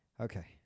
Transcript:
okay